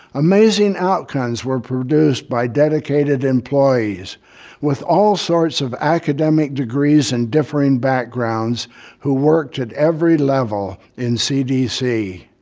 amazing outcomes were produced by dedicated employees with all sorts of academic degrees in different backgrounds who worked at every level in cdc.